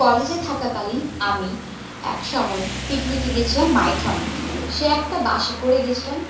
কলেজে থাকাকালীন আমি একসময় পিকনিকে গেছিলাম মাইথনে সে একটা বাসে করে গেছিলাম